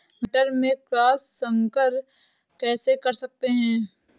मटर में क्रॉस संकर कैसे कर सकते हैं?